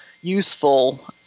useful